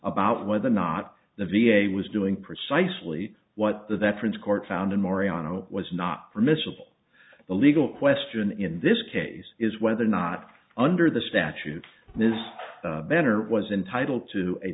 about whether or not the v a was doing precisely what the veterans court found in marianna was not permissible the legal question in this case is whether or not under the statute this banner was entitled to a